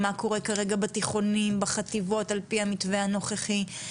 מה קורה כרגע בתיכונים ובחטיבות על פי המתווה הנוכחי,